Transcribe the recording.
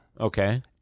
Okay